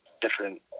different